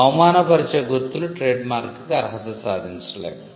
అవమానపరిచే గుర్తులు ట్రేడ్మార్క్ గా అర్హత సాధించలేవు